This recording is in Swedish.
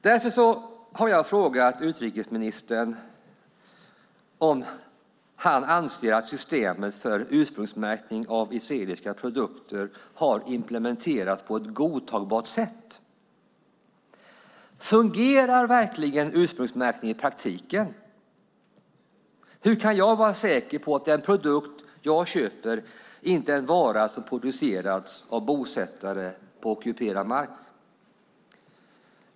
Därför har jag frågat om utrikesministern anser att systemet för ursprungsmärkning av israeliska produkter har implementerats på ett godtagbart sätt. Fungerar verkligen ursprungsmärkningen i praktiken? Hur kan jag vara säker på att den produkt jag köper inte är en vara som producerats av bosättare på ockuperad mark?